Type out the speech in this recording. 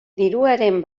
diruaren